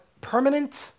permanent